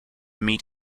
meet